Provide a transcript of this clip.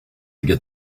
get